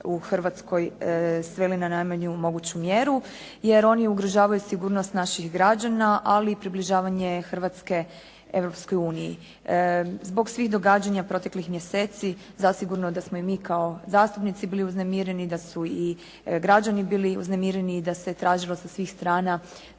u Hrvatskoj sveli na najmanju moguću mjeru jer oni ugrožavaju sigurnost naših građana, ali i približavanje Hrvatske Europskoj uniji. Zbog svih događanja proteklih mjeseci zasigurno da smo i mi kao zastupnici bili uznemireni, da su i građani bili uznemireni, da se tražilo sa svih strana